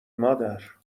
مادر